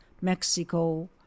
mexico